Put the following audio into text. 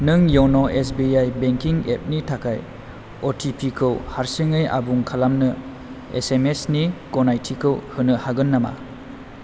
नों यन' S B I banking एपनि थाखाय अ टि पि खौ हारसिङै आबुं खालामनो एस एम एस नि गनायथिखौ होनो हागोन नामा